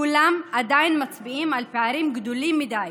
כולם עדיין מצביעים על פערים גדולים מדי,